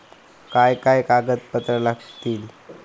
काय काय कागदपत्रा लागतील?